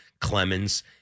Clemens